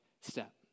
step